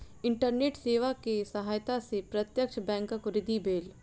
internet सेवा के सहायता से प्रत्यक्ष बैंकक वृद्धि भेल